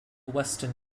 western